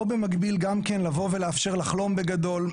במקביל גם כן לבוא ולאפשר לחלום בגדול,